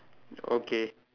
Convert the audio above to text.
okay